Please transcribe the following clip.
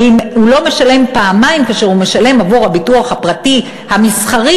והאם הוא לא משלם פעמיים כאשר הוא משלם עבור הביטוח הפרטי המסחרי,